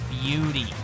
beauty